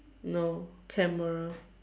no camera